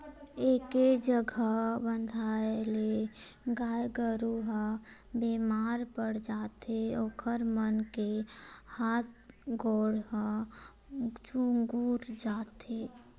एके जघा बंधाए ले गाय गरू ह बेमार पड़ जाथे ओखर मन के हात गोड़ ह चुगुर जाथे